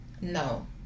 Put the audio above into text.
No